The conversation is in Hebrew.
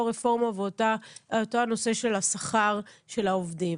רפורמה ואותו נושא של השכר של העובדים.